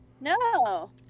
no